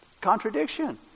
Contradiction